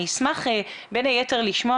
אני אשמח בין היתר לשמוע,